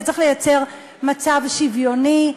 וצריך ליצור מצב שוויוני: